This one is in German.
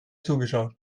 zugeschaut